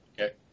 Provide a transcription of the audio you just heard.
Okay